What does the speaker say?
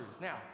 now